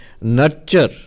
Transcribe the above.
nurture